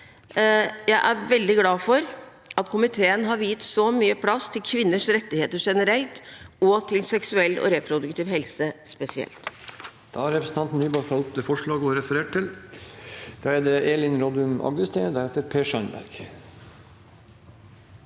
Jeg er veldig glad for at komiteen har viet så mye plass til kvinners rettigheter generelt og til seksuell og reproduktiv helse spesielt.